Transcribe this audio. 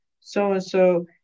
so-and-so